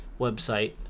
website